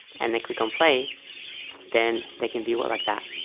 and they click on play then they can be well liked that